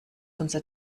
unser